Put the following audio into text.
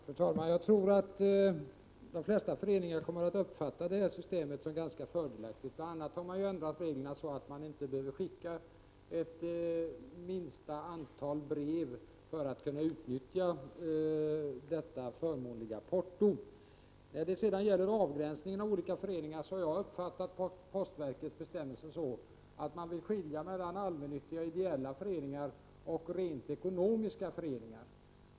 Fru talman! Jag tror att de flesta föreningar kommer att uppfatta detta system som ganska fördelaktigt. Bl. a. har reglerna ändrats så att de inte längre behöver skicka ett visst minsta antal för att kunna utnyttja det förmånliga portot. När det sedan gäller avgränsningen av olika föreningar har jag uppfattat postverkets bestämmelser så att man vill skilja mellan å ena sidan allmännyttiga och ideella föreningar och å andra sidan rent ekonomiska föreningar.